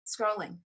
scrolling